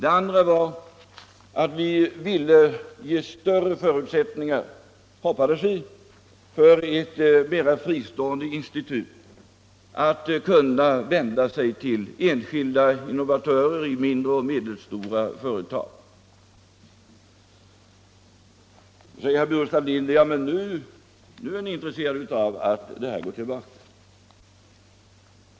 Ett annat skäl var att vi hoppades kunna ge bättre förutsättningar för ett mera fristående institut att vända sig till enskilda innovatörer i mindre och medelstora företag. Men nu är ni, fortsätter herr Burenstam Linder, intresserade av att det här går tillbaka.